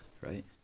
right